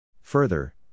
Further